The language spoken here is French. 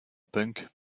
punk